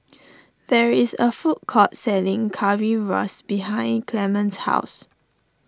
there is a food court selling Currywurst behind Clemens' house